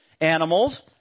animals